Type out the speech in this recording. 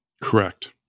correct